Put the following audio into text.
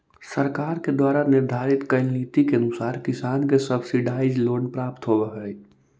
सरकार के द्वारा निर्धारित कैल नीति के अनुसार किसान के सब्सिडाइज्ड लोन प्राप्त होवऽ हइ